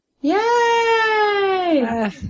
Yay